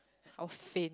I'll faint